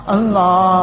Allah